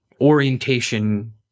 orientation